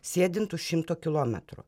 sėdint už šimto kilometrų